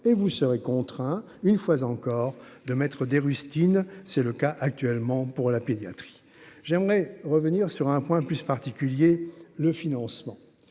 et vous serez contraints, une fois encore de mettre des rustines, c'est le cas actuellement pour la pédiatrie, j'aimerais revenir sur un point plus particulier le financement